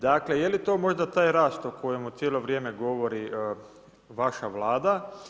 Dakle, je li to možda taj rast o kojemu cijelo vrijeme govori vaša Vlada?